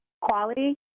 quality